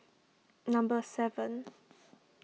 number seven